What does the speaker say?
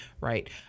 right